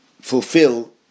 fulfill